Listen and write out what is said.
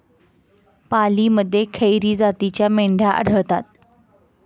पालीमध्ये खेरी जातीच्या मेंढ्या आढळतात